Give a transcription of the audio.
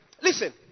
listen